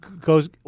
goes